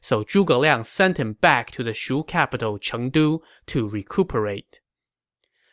so zhuge liang sent him back to the shu capital chengdu to recuperate